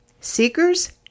seekers